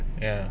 ya